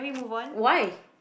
why